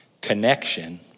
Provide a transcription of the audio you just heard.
connection